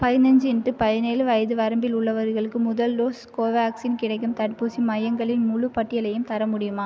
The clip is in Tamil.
பதினஞ்சு இண்ட்டு பதினேழு வயது வரம்பில் உள்ளவர்களுக்கு முதல் டோஸ் கோவேக்சின் கிடைக்கும் தடுப்பூசி மையங்களின் முழு பட்டியலையும் தர முடியுமா